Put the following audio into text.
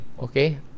Okay